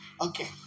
Okay